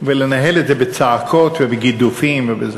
בצעקות ובגידופים.